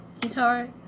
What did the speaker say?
guitar